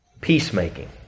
peacemaking